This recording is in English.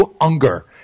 Unger